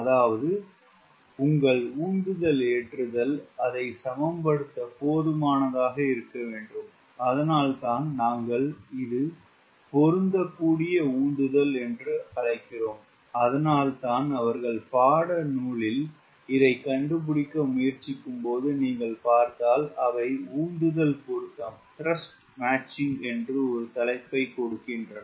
அதாவது உங்கள் உந்துதல் ஏற்றுதல் அதை சமப்படுத்த போதுமானதாக இருக்க வேண்டும் அதனால்தான் நாங்கள் இது பொருந்தக்கூடிய உந்துதல் என்று அழைக்கிறோம் அதனால்தான் அவர்கள் பாடநூலில் இதைக் கண்டுபிடிக்க முயற்சிக்கும்போது நீங்கள் பார்த்தால் அவை உந்துதல் பொருத்தம் என்று ஒரு தலைப்பைக் கொடுக்கின்றன